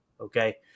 Okay